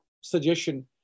suggestion